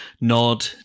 nod